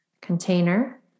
container